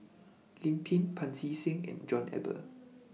Lim Pin Pancy Seng and John Eber